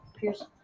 Pierce